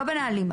ולא בנהלים.